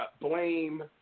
blame